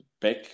back